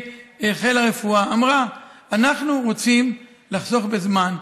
חיל הרפואה אמרה: אנחנו רוצים לחסוך בזמן.